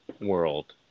world